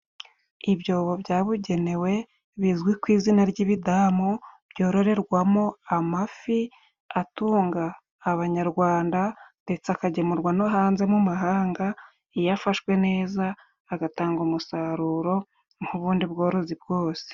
Ibyobo byabugenewe bizwi ku izina ry'ibidamu. Byororerwamo amafi, atunga abanyarwanda ndetse akagemurwa no hanze mu mahanga. Iyo afashwe neza agatanga umusaruro nk'ubundi bworozi bwose.